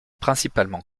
principalement